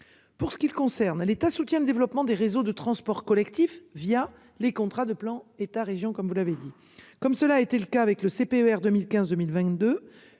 Pour ce qui le concerne à l'État soutient le développement des réseaux de transport collectif via les contrats de plan État-Région, comme vous l'avez dit, comme cela a été le cas avec le CPER 2015 2022,